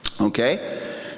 okay